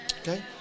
Okay